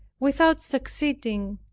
without succeeding,